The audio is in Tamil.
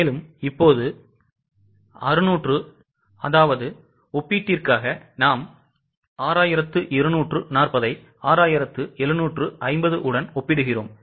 எனவே இப்போது 6240 ஐ 6750 உடன் ஒப்பிடுகிறோம்